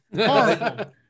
horrible